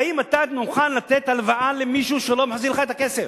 האם אתה מוכן לתת הלוואה למישהו שלא מחזיר לך את הכסף?